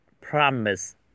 Promise